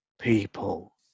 People